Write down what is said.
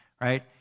right